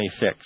26